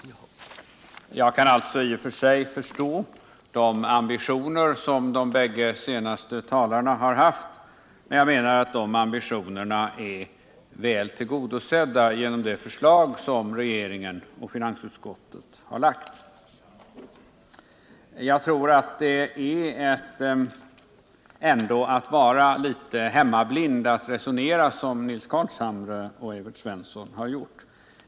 Jag kan alltså i och för sig förstå de ambitioner som de båda senaste talarna har haft, men jag menar att de ambitionerna är väl tillgodosedda genom det förslag som regeringen och finansutskottet har lagt. Jag tror ändå att det är att vara litet hemmablind när man resonerar som Nils Carlshamre och Evert Svensson har gjort.